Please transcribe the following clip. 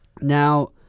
Now